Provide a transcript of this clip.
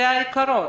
זה העיקרון.